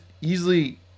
easily